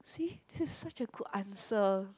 see this is such a good answer